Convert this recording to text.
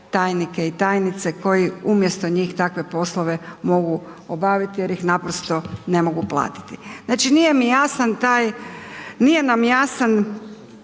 tajnike i tajnice koji umjesto njih takve poslove mogu obaviti jer ih naprosto ne mogu platiti. Znači nije mi jasan